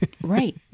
Right